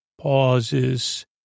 pauses